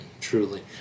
truly